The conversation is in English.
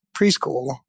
preschool